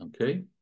Okay